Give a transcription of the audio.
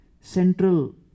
central